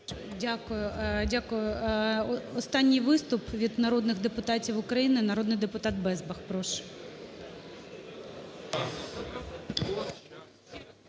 Дякую. Останній виступ від народних депутатів України. Народний депутат Безбах, прошу.